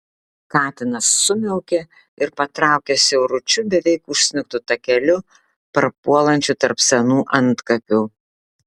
katinas sumiaukė ir patraukė siauručiu beveik užsnigtu takeliu prapuolančiu tarp senų antkapių